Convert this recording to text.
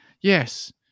yes